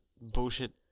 bullshit